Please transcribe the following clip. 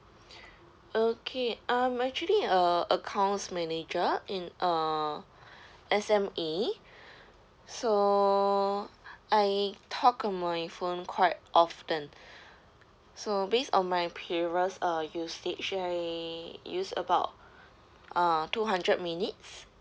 okay I'm actually a accounts manager in a S_M_E so I talk uh my phone quite often so based on my previous uh usage I use about uh two hundred minutes